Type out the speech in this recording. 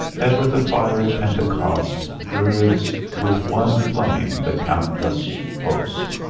ever the fiery pentecost girds with one flame the countless host.